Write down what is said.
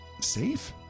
safe